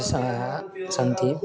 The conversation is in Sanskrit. सा सन्ति